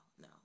no